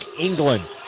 England